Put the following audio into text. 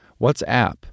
WhatsApp